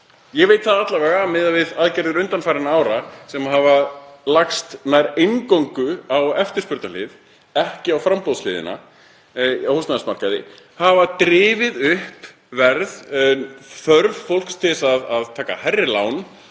Ég veit það alla vega að aðgerðir undanfarinna ára, sem hafa lagst nær eingöngu á eftirspurnarhlið, ekki á framboðshliðina á húsnæðismarkaði, hafa drifið upp verð og þörf fólks til að taka hærri lán